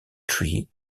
tree